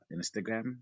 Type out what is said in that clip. Instagram